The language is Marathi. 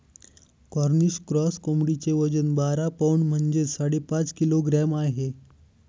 कॉर्निश क्रॉस कोंबडीचे वजन बारा पौंड म्हणजेच साडेपाच किलोग्रॅम आहे